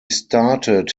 started